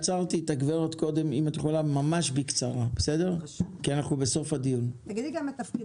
יראו איך מתקצבים את התקציב